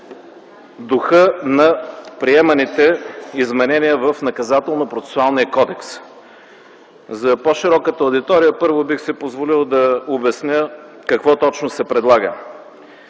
духа на приеманите изменения в Наказателно-процесуалния кодекс. За по-широката аудитория първо бих си позволил да обясня какво точно се предлага.